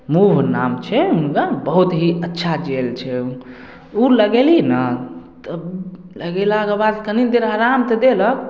move नाम छै हुनका बहुत ही अच्छा जेल छै उ लगेलियै ने तब लगेलाके बाद कनि देर आराम तऽ देलक